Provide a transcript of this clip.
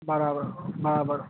બરાબર હા બરા